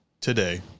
today